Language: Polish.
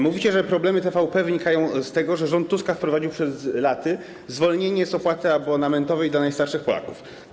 Mówicie, że problemy TVP wynikają z tego, że rząd Tuska wprowadził przed laty zwolnienie z opłaty abonamentowej dla najstarszych Polaków.